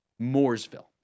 Mooresville